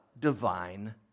divine